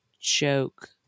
joke